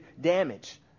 damage